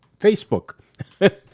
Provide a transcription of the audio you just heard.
Facebook